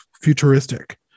futuristic